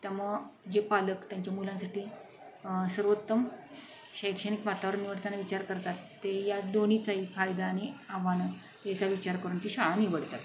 त्यामुळं जे पालक त्यांच्या मुलांसाठी सर्वोत्तम शैक्षणिक वातावरण निवडताना विचार करतात ते या दोन्हीचाही फायदा आणि आव्हानं याचा विचार करून ती शाळा निवडतात